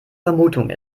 vermutung